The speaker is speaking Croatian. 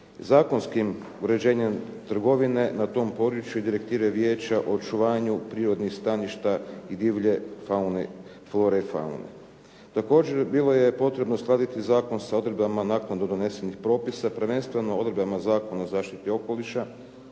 zakonskim uređenjem trgovine na tom području i direktive vijeća o očuvanju prirodnih staništa i divlje flore i faune. Također bilo je potrebno uskladiti zakon sa odredbama naknadno donesenih propisa, prvenstveno odredbama Zakona o zaštiti okoliša,